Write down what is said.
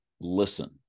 listen